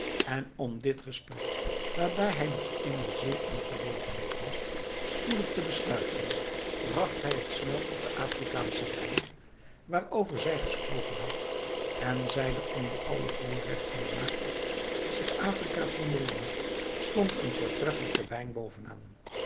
en om dit gesprek waarbij hij nog immer zeer in verlegenheid was spoedig te besluiten bracht hij het snel op den afrikaanschen wijn waarover zij gesproken had en zeide onder alle voorrechten waarop zich afrika kon beroemen stond een voortreffelijke wijn bovenaan